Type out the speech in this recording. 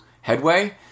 headway